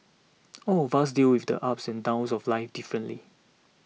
all of us deal with the ups and downs of life differently